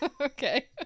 okay